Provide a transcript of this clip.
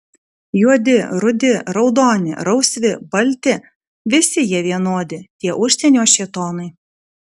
juodi rudi raudoni rausvi balti visi jie vienodi tie užsienio šėtonai